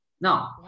Now